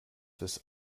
des